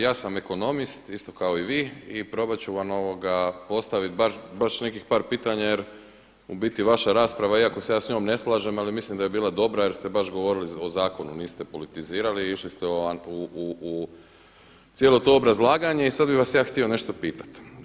Ja sam ekonomist isto kao i vi i probat ću vam postaviti baš nekih par pitanja jer u biti vaša rasprava iako se ja s njom ne slažem, ali mislim da je bila dobra jer ste baš govorili o zakonu niste politizirali, išli ste u cijelo to obrazlaganje i sada bih vas ja htio nešto pitati.